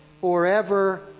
forever